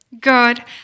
Good